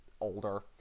older